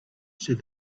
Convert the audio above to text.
said